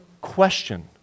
question